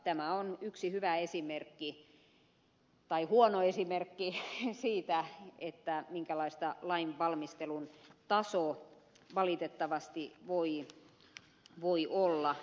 tämä on yksi hyvä esimerkki tai huono esimerkki siitä minkälaista lain valmistelun taso valitettavasti voi olla